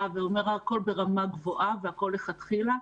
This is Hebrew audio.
ואומר שהכול ברמה גבוהה והכול מלכתחילה.